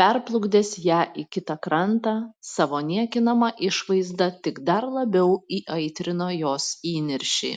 perplukdęs ją į kitą krantą savo niekinama išvaizda tik dar labiau įaitrino jos įniršį